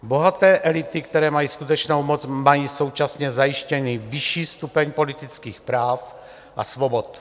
Bohaté elity, které mají skutečnou moc, mají současně zajištěný vyšší stupeň politických práv a svobod.